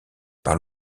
par